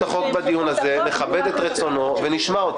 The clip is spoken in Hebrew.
החוק בדיון הזה נכבד את רצונו ונשמע אותו.